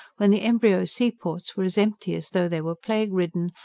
when the embryo seaports were as empty as though they were plague-ridden,